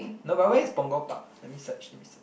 no but where is Punggol Park let me search let me search